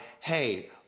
hey